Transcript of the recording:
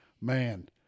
Man